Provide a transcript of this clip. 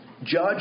Judge